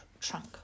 trunk